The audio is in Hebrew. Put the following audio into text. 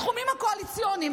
הסכומים הקואליציוניים,